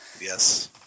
Yes